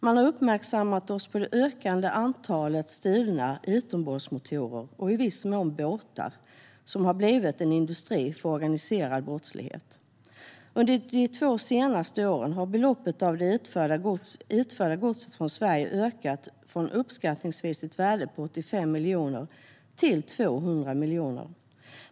De har uppmärksammat oss på det ökande antalet stulna utombordsmotorer och i viss mån båtar, vilket har blivit en industri för organiserad brottslighet. Under de två senaste åren har beloppet av det gods som förts ut från Sverige ökat från ett värde på uppskattningsvis 85 miljoner till 200 miljoner.